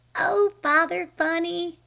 oh father-funny!